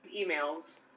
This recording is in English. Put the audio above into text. emails